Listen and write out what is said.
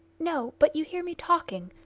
no but you hear me talking.